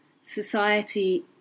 Society